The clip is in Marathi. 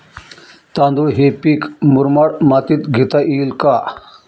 तांदूळ हे पीक मुरमाड मातीत घेता येईल का?